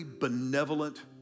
benevolent